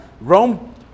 Rome